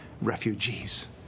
refugees